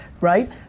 right